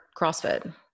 CrossFit